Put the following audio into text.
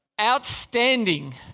outstanding